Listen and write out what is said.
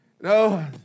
No